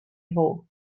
nhw